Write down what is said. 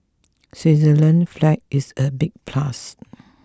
Switzerland's flag is a big plus